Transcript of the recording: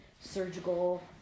surgical